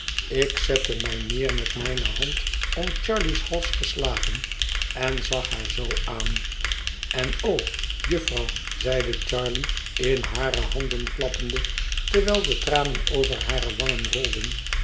ik zette mij neer met mijne hand om charley's hals geslagen en zag haar zoo aan en o jufvrouw zeide charley in hare handen klappende terwijl de tranen over hare wangen rolden